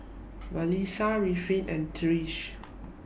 Mellisa Ruffin and Trish